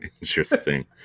Interesting